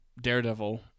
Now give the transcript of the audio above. daredevil